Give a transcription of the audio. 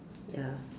ya